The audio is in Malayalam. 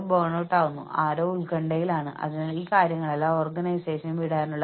ജോലി അടിസ്ഥാനമാക്കിയുള്ള നഷ്ടപരിഹാര പദ്ധതികളിൽ ചില പോരായ്മകളുണ്ട്